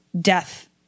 death